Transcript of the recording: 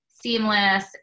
seamless